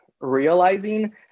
realizing